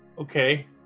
Okay